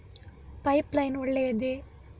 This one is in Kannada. ಪೈಪ್ ಲೈನ್ ಒಳ್ಳೆಯದೇ?